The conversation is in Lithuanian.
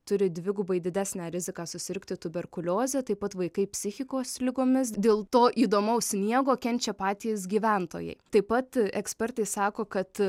turi dvigubai didesnę riziką susirgti tuberkulioze taip pat vaikai psichikos ligomis dėl to įdomaus sniego kenčia patys gyventojai taip pat ekspertai sako kad